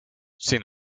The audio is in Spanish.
sin